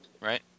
Right